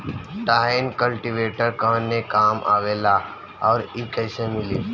Tine cultivator कवने काम आवेला आउर इ कैसे मिली?